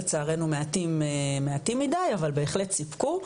לצערנו מעטים מידי אבל בהחלט סיפקו,